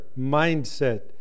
mindset